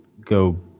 go